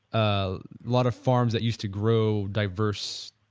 a lot of farms that used to grow diverse